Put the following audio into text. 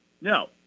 No